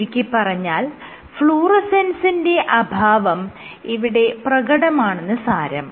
ചുരുക്കിപ്പറഞ്ഞാൽ ഫ്ലൂറസെൻസിന്റെ അഭാവം ഇവിടെ പ്രകടമാണെന്ന് സാരം